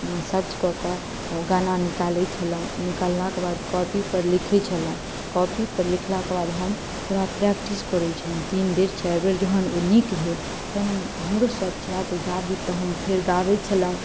search कऽ कऽ गाना निकालैत छलहुँ निकललाके बाद कॉपी पर हम लिखै छलहुँ कॉपी पर लिखलाके बाद हम ओकरा प्रैक्टिस करै छलहुँ तीन बेर चारि बेर जहन ओ नीक भेल तहन हम हमरो शौक छल जे हम गीत तऽ फेर गाबै छलहुँ